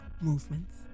movements